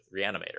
Reanimator